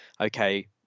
okay